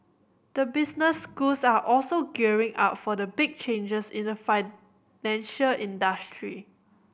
the business schools are also gearing up for the big changes in the financial industry